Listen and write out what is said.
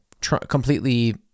completely